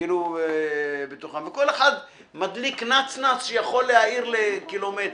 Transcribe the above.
וכל אחד מדליק נצנץ שיכול להאיר לקילומטרים,